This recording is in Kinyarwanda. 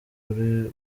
muri